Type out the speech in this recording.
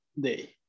day